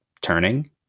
turning